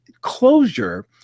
closure